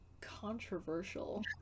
controversial